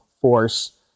force